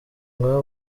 mwaba